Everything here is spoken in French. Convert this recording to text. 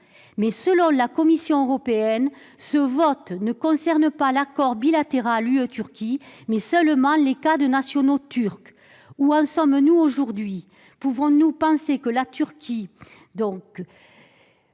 Mais, selon la Commission européenne, ce vote ne concerne pas l'accord bilatéral UE-Turquie, mais seulement les cas de nationaux turcs. Où en sommes-nous aujourd'hui ? Peut-on penser que le retrait